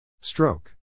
Stroke